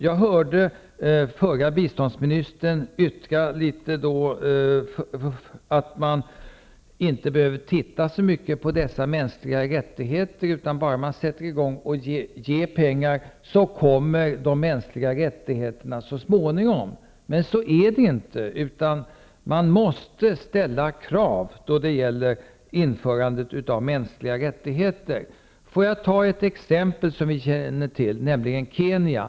Jag hörde den förra biståndsministern yttra att man inte behöver se så mycket på dessa mänskliga rättigheter. Bara pengarna ges, skall de mänskliga rättigheterna komma så småningom. Men så är det inte. Man måste ställa krav då det gäller införandet av mänskliga rättigheter. Jag tar ett exempel som vi känner till, nämligen Kenya.